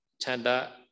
chanda